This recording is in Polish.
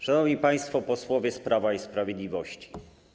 Szanowni Państwo Posłowie z Prawa i Sprawiedliwości!